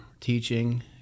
teaching